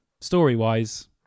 story-wise